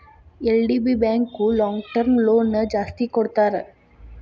LDB bank long term loan ಜಾಸ್ತಿ ಕೊಡ್ತಾರ